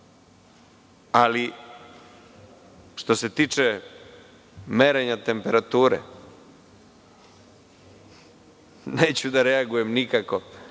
ali što se tiče merenja temperature, neću da reagujem nikako,